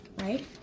right